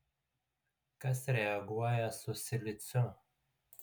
kas reaguoja su siliciu